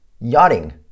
yachting